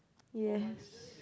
yes